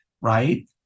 right